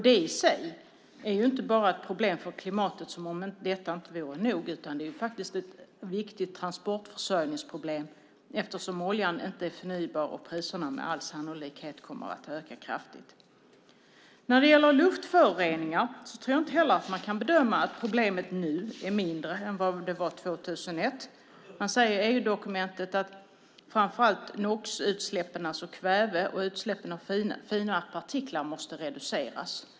Det i sig är ju inte bara ett problem för klimatet - som om detta inte vore nog - utan det är ett viktigt transportförsörjningsproblem, eftersom oljan inte är förnybar och priserna med all sannolikhet kommer att öka kraftigt. När det gäller luftföroreningar tror jag inte heller att man kan bedöma att problemet nu är mindre än vad det var 2001. Man säger i EU-dokumentet att framför allt NOx-utsläppen, alltså kväve, och utsläppen av fina partiklar måste reduceras.